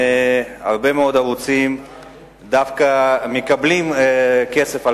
הרבה מאוד ערוצים דווקא מקבלים כסף על